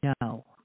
no